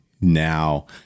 now